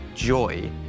joy